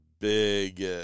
big